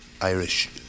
Irish